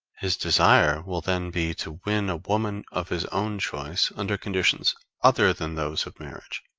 his desire will then be to win a woman of his own choice under conditions other than those of marriage,